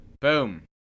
Boom